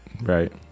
right